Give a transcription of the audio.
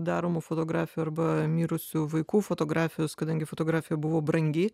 daromų fotografijų arba mirusių vaikų fotografijos kadangi fotografija buvo brangi